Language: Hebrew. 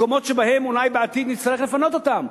מקומות שאותם אולי נצטרך לפנות בעתיד.